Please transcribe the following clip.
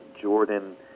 Jordan